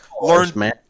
learn